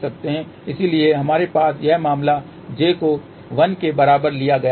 इसलिए हमारे यहां यह मामला j को 1 के बराबर के लिए लिया गया था